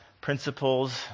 principles